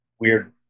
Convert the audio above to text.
weird